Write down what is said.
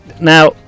now